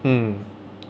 mm